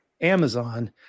Amazon